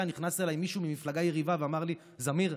נכנס אליי מישהו ממפלגה יריבה ואמר לי: זמיר,